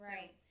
Right